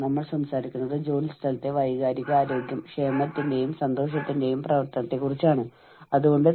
അതിനാൽ നമ്മൾ നമുക്ക് സുരക്ഷിതത്വം അനുഭവപ്പെടുന്ന പൊതു അന്തരീക്ഷത്തെക്കുറിച്ചാണ് സംസാരിക്കാൻ പോകുന്നത്